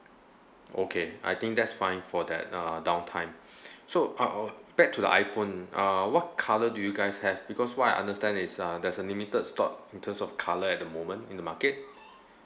okay I think that's fine for that uh down time so uh oh back to the iPhone uh what colour do you guys have because what I understand is uh there's a limited stock in terms of colour at the moment in the market